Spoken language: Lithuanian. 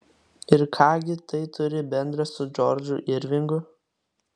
ir ką gi tai turi bendra su džordžu irvingu